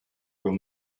will